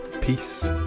peace